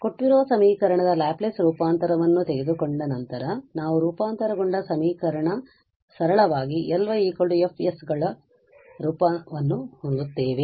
ಕೊಟ್ಟಿರುವ ಸಮೀಕರಣದ ಲ್ಯಾಪ್ಲೇಸ್ ರೂಪಾಂತರವನ್ನು ತೆಗೆದುಕೊಂಡ ನಂತರ ನಾವು ರೂಪಾಂತರಗೊಂಡ ಸಮೀಕರಣ ಸರಳವಾಗಿ Ly F ರೂಪವನ್ನು ಹೊಂದುತ್ತೇವೆ